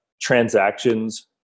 transactions